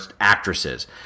actresses